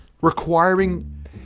requiring